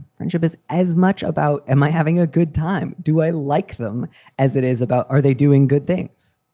friendship is as much about am i having a good time? do i like them as it is about, are they doing good things?